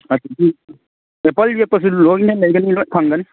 ꯑꯗꯒꯤ ꯑꯦꯄꯜ ꯌꯦꯛꯄꯁꯨ ꯂꯣꯏꯅ ꯂꯩꯒꯅꯤ ꯂꯣꯏ ꯐꯪꯒꯅꯤ